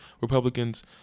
Republicans